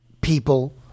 people